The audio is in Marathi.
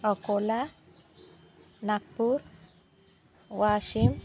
अकोला नागपूर वाशिम